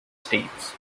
states